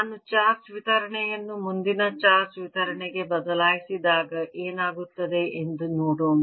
ನಾನು ಚಾರ್ಜ್ ವಿತರಣೆಯನ್ನು ಮುಂದಿನ ಚಾರ್ಜ್ ವಿತರಣೆಗೆ ಬದಲಾಯಿಸಿದಾಗ ಏನಾಗುತ್ತದೆ ಎಂದು ನೋಡೋಣ